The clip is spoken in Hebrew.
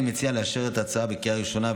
אני מציע לאשר את ההצעה בקריאה ראשונה,